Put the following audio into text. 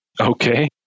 Okay